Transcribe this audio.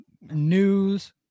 news